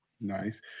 Nice